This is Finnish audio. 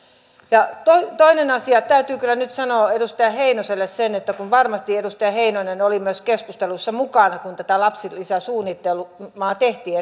ja toinen asia täytyy kyllä nyt sanoa edustaja heinoselle se että kun varmasti edustaja heinonen oli myös keskusteluissa mukana kun tätä lapsilisäsuunnitelmaa tehtiin